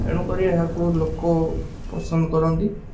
ତେଣୁକରି ଏହାକୁ ଲୋକ ପସନ୍ଦ କରନ୍ତି